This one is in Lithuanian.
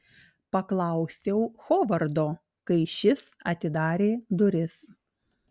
paklausiau hovardo kai šis atidarė duris